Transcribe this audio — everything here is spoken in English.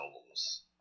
albums